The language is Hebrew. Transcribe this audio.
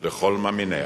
לכל מאמיניה.